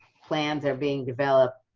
plans are being developed,